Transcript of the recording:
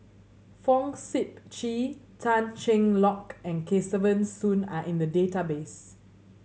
Fong Sip Chee Tan Cheng Lock and Kesavan Soon are in the database